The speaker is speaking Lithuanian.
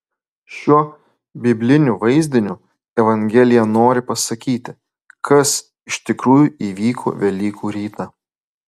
šiuo bibliniu vaizdiniu evangelija nori pasakyti kas iš tikrųjų įvyko velykų rytą